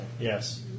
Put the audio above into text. Yes